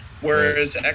Whereas